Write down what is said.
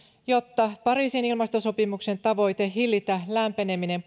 jotta pariisin ilmastosopimuksen tavoite hillitä lämpeneminen